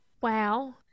Wow